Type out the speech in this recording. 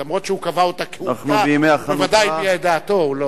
אף שהוא קבע אותה כעובדה, בוודאי הביע את דעתו.